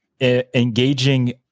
engaging